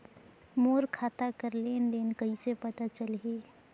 मोर खाता कर लेन देन कइसे पता चलही?